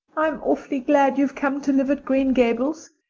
i'm awfully glad you've come to live at green gables.